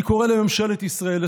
אני קורא לממשלת ישראל,